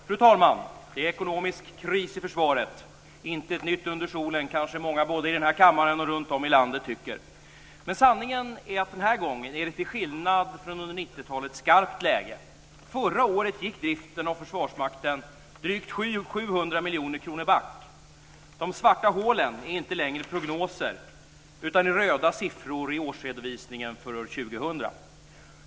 Fru talman! Det är ekonomisk kris i försvaret. Intet nytt under solen kanske många både i denna kammare och runtom i landet tycker. Men sanningen är att det denna gång till skillnad från under 90-talet är skarpt läge. Förra året gick driften av Försvarsmakten drygt 700 miljoner kronor back. De svarta hålen är inte längre prognoser utan röda siffror i årsredovisningen för år 2000.